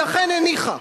היא אכן הניחה.